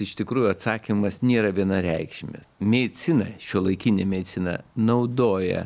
iš tikrųjų atsakymas nėra vienareikšmis medicina šiuolaikinė medicina naudoja